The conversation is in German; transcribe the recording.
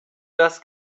das